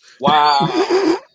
Wow